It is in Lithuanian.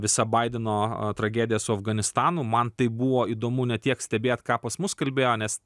visa baideno tragedija su afganistanu man tai buvo įdomu ne tiek stebėt ką pas mus kalbėjo nes